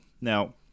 Now